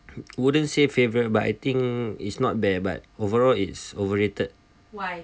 wouldn't say favourite but I think it's not bad but overall it's overrated